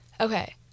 Okay